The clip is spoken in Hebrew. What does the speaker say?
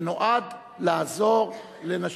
שנועד לעזור לנשים.